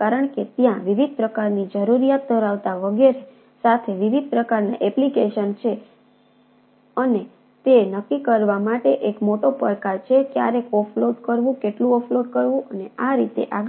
કારણ કે ત્યાં વિવિધ પ્રકારની જરૂરિયાત ધરાવતા વગેરે સાથે વિવિધ પ્રકારનાં એપ્લિકેશન છે અને તે નક્કી કરવા માટે એક મોટો પડકાર છે કે ક્યારે ઓફલોડ કરવું કેટલું ઓફલોડ કરવું અને આ રીતે આગળ